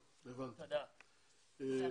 הרבה מהנוכחים כאן